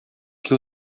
que